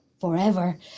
forever